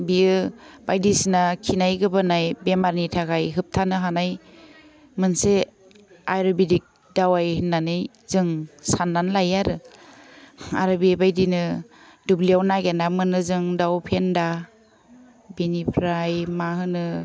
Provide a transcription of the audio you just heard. बियो बायदिसिना खिनाय गोबानाय बेमारनि थाखाय होबथानो हानाय मोनसे आयुरबेदिक दावाइ होन्नानै जों सान्नानै लायो आरो आरो बेबायदिनो दुब्लियाव नागेरना मोनो जों दाव फेन्दा बिनिफ्राय मा होनो